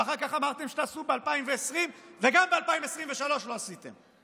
ואחר כך אמרתם שתעשו ב-2020, וגם ב-2023 לא עשיתם.